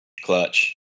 Clutch